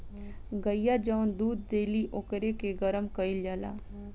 गइया जवन दूध देली ओकरे के गरम कईल जाला